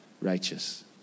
Righteous